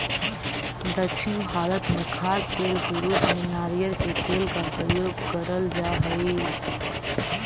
दक्षिण भारत में खाद्य तेल के रूप में नारियल के तेल का प्रयोग करल जा हई